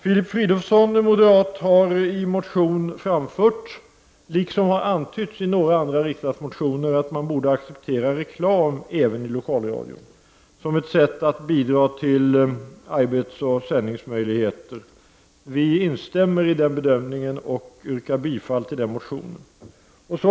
Filip Fridolfsson, moderat, har i motion framfört, vilket också har antytts i några andra riksdagsmotioner, att man borde acceptera reklam även i lokalradion, som ett sätt att bidra till arbetsoch sändningsmöjligheter. Vi instämmer i den bedömningen och yrkar bifall till den motionen.